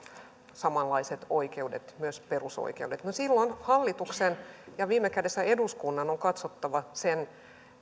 samanlaiset oikeudet myös perusoikeudet silloin hallituksen ja viime kädessä eduskunnan on katsottava sen